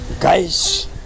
Guys